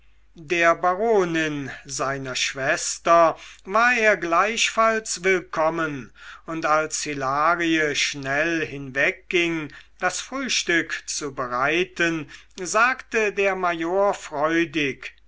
der baronin seiner schwester war er gleichfalls willkommen und als hilarie schnell hinwegging das frühstück zu bereiten sagte der major freudig